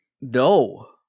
No